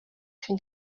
can